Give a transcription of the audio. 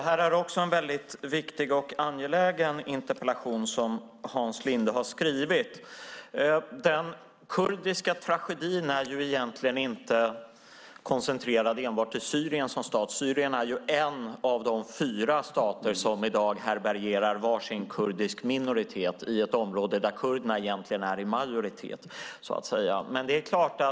Herr talman! Det är en viktig och angelägen interpellation som Hans Linde har ställt. Den kurdiska tragedin är inte koncentrerad till enbart Syrien. Syrien är en av fyra stater som härbärgerar var sin kurdisk minoritet i ett område där kurderna egentligen är i majoritet.